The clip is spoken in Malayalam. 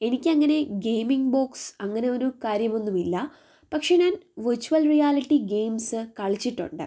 എനിക്കങ്ങനെ ഗെയിമിംഗ് ബോക്സ് അങ്ങനെ ഒരു കാര്യമൊന്നുമില്ല പക്ഷേ ഞാൻ വിർച്വൽ റിയാലിറ്റി ഗെയിംസ് കളിച്ചിട്ടുണ്ട്